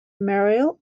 merrill